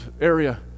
area